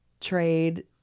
trade